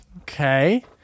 Okay